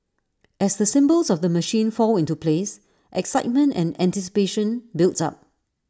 as the symbols of the machine fall into place excitement and anticipation builds up